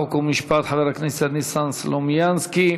חוק ומשפט חבר הכנסת ניסן סלומינסקי.